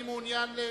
מעוניין?